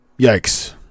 Yikes